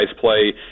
play